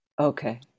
Okay